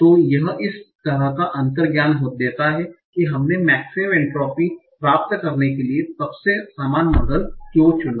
तो यह इस तरह का अंतर्ज्ञान देता है कि हमने मेक्सिमम एंट्रोपी प्राप्त करने के लिए सबसे समान मॉडल क्यों चुना